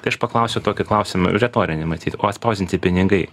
tai aš paklausiu tokį klausimą retorinį matyt o atspausdinti pinigai